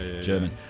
German